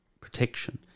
protection